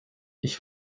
ich